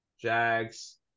Jags